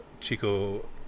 Chico